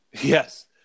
Yes